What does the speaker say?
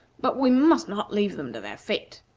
but we must not leave them to their fate.